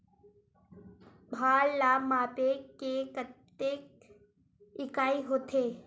भार ला मापे के कतेक इकाई होथे?